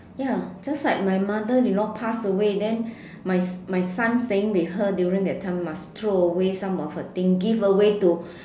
ya just like my mother in law pass away then my my son staying with her that time must throw away some of her thing give away to